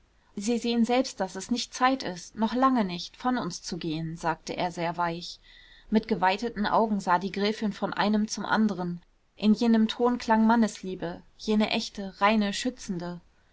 sie sehen selbst daß es nicht zeit ist noch lange nicht von uns zu gehen sagte er sehr weich mit geweiteten augen sah die gräfin von einem zum anderen in jenem ton klang mannesliebe jene echte reine schützende